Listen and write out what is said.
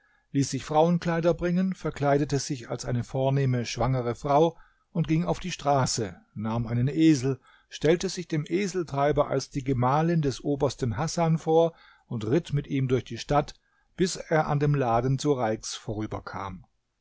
ließ sich frauenkleider bringen verkleidete sich als eine vornehme schwangere frau und ging auf die straße nahm einen esel stellte sich dem eseltreiber als die gemahlin des obersten hasan vor und ritt mit ihm durch die stadt bis er an dem laden sureiks vorüberkam